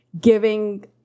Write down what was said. giving